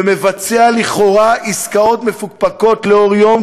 ומבצע לכאורה עסקאות מפוקפקות לאור יום,